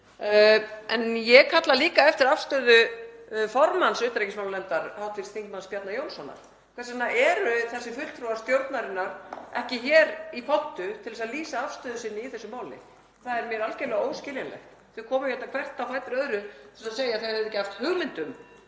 En ég kalla líka eftir afstöðu formanns utanríkismálanefndar, hv. þm. Bjarna Jónssonar. Hvers vegna eru þessir fulltrúar stjórnarinnar ekki hér í pontu til að lýsa afstöðu sinni í þessu máli? Það er mér algerlega óskiljanlegt. Þau komu hér hvert á fætur öðru til að segja að þau hafi ekki haft hugmynd um